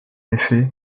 effet